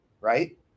right